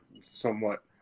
somewhat